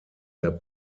der